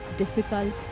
difficult